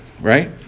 right